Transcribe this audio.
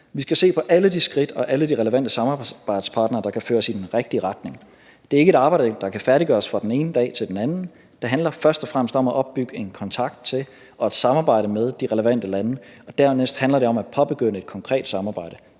Vi skal se på alle de skridt og alle de relevante samarbejdspartnere, der kan føre os i den rigtige retning. Det er ikke et arbejde, der kan færdiggøres fra den ene dag til den anden. Det handler først og fremmest om at opbygge en kontakt til og et samarbejde med de relevante lande, og dernæst handler det om at påbegynde et konkret samarbejde,